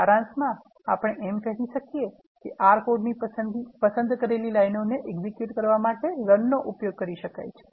સારાંશમાં આપણે એમ કહી શકીએ કે આર કોડની પસંદ કરેલી લાઈનોને એક્ઝીક્યુટ કરવા માટે રન નો ઉપયોગ કરી શકાય છે